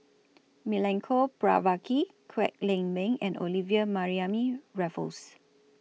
Milenko Prvacki Kwek Leng Beng and Olivia Mariamne Raffles